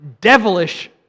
devilish